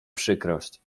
przykrość